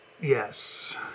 Yes